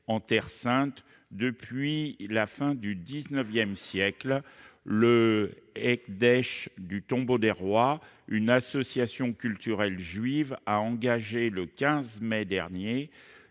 en Terre sainte depuis la fin du XIX siècle. Le Hekdesh du Tombeau des rois, association cultuelle juive, a engagé le 15 mai 2019